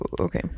Okay